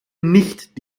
nicht